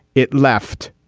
it left,